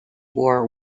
war